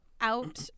out